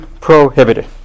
prohibited